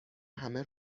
همه